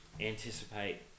anticipate